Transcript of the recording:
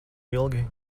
ilgi